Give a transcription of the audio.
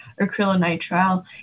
acrylonitrile